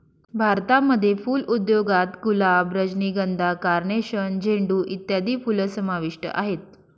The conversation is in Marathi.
भारतामध्ये फुल उद्योगात गुलाब, रजनीगंधा, कार्नेशन, झेंडू इत्यादी फुलं समाविष्ट आहेत